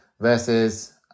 versus